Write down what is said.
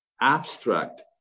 abstract